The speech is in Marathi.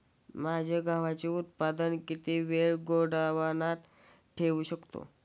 माझे गव्हाचे उत्पादन किती वेळ गोदामात ठेवू शकतो?